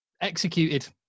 executed